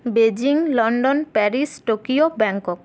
Beijing London Paris Tokyo Bangkok